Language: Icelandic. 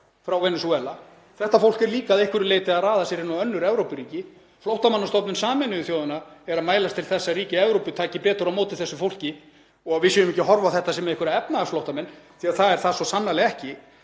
frá Venesúela. Þetta fólk er líka að einhverju leyti að raða sér inn í önnur Evrópuríki. Flóttamannastofnun Sameinuðu þjóðanna er að mælast til þess að ríki Evrópu taki betur á móti þessu fólki og að við séum ekki að horfa á þetta sem einhverja efnahagsflóttamenn, því það er það svo sannarlega ekki.